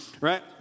right